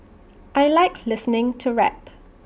I Like listening to rap